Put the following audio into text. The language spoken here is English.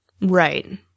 Right